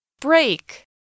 Break